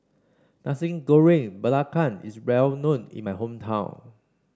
Nasi Goreng Belacan is well known in my hometown